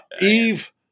Eve